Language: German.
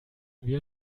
wir